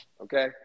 okay